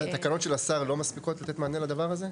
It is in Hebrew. התקנות של השר לא מספיקות בשביל לתת מענה לדבר הזה?